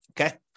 Okay